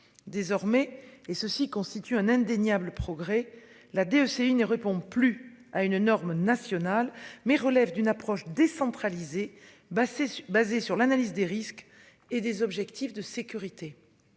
Désormais et ceci constitue un indéniable progrès la DEC il ne répond plus à une norme nationale mais relève d'une approche décentralisée bah basé sur l'analyse des risques et des objectifs de sécurité.